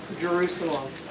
Jerusalem